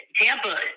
Tampa